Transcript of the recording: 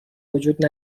وجود